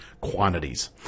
quantities